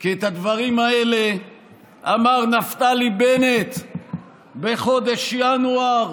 כי את הדברים האלה אמר נפתלי בנט בחודש ינואר